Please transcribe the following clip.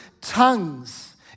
tongues